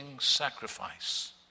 sacrifice